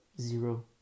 Zero